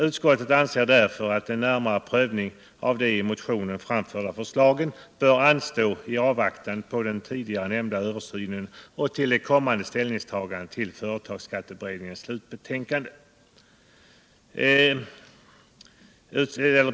Utskottet anser därför att en närmare prövning av de i motionen framförda förslagen bör anstå i avvaktan på den tidigare nämnda översynen och kommande ställningstaganden till företagsskatteberedningens slutbetänkande.